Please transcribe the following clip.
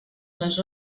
les